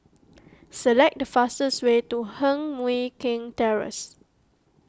select the fastest way to Heng Mui Keng Terrace